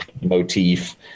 motif